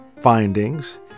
findings